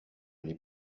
les